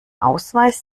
ausweis